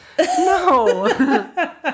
No